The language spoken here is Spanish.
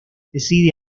decide